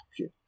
okay